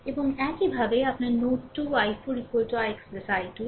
এবং একইভাবে আপনার নোড 2 i4 ix i2 এ